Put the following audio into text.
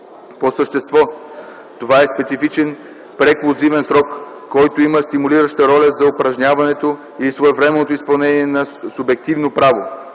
По същество това е специфичен преклузивен срок, който има стимулираща роля за упражняването или своевременното изпълнение на субективно право.